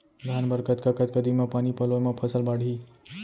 धान बर कतका कतका दिन म पानी पलोय म फसल बाड़ही?